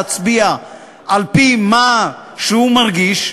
כל אחד ואחד היה נדרש בוועדה להצביע על-פי מה שהוא מרגיש,